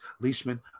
Leishman